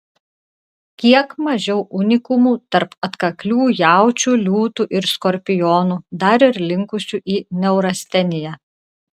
kiek mažiau unikumų tarp atkaklių jaučių liūtų ir skorpionų dar ir linkusių į neurasteniją